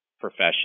profession